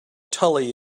tully